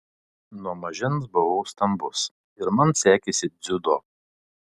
nuo mažens buvau stambus ir man sekėsi dziudo